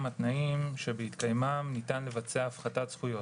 התנאים שבהתקיימם ניתן לבצע הפחתת זכויות,